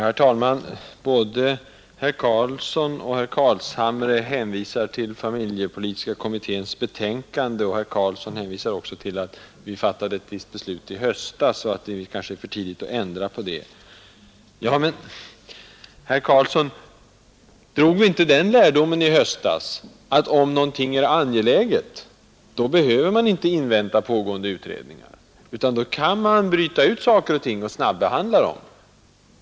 Herr talman! Både herr Karlsson i Huskvarna och herr Carlshamre hänvisade till familjepolitiska kommitténs betänkande, och herr Karlsson sade också att vi fattade ett visst beslut i höstas och att det kanske är litet för tidigt att ändra på det nu. Men, herr Karlsson, gjorde vi inte den lärdomen i höstas att om någonting är angeläget, behöver man inte invänta pågående utredningar, utan då kan man bryta ut det och snabbehandla det?